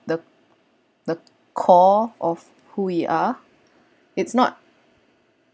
the the core of who we are it's not